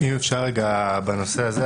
אם אפשר בנושא הזה,